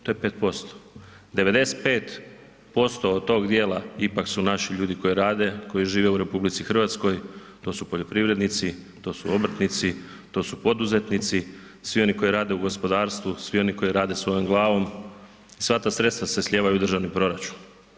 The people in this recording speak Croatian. To je 5%, 95% od tog dijela ipak su naši ljudi koji rade, koji žive u RH, to su poljoprivrednici, to su obrtnici, to su poduzetnici, svi oni koji rade u gospodarstvu, svi oni koji rade svojom glavom sva ta sredstva se slijevaju u državni proračun.